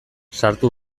sartu